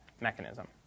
mechanism